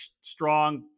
strong